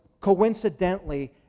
coincidentally